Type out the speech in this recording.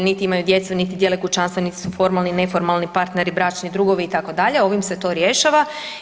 Niti imaju djecu niti dijele kućanstva niti su formalni i neformalni partneri, bračni drugovi, itd., ovim se to rješava.